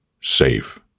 Safe